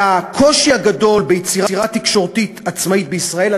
והקושי הגדול ביצירה תקשורתית עצמאית בישראל,